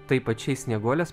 taip pačiai snieguolės